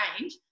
range